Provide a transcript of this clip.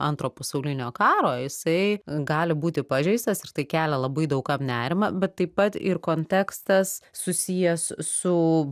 antro pasaulinio karo jisai gali būti pažeistas ir tai kelia labai daug kam nerimą bet taip pat ir kontekstas susijęs su